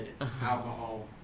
alcohol